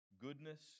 goodness